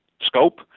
scope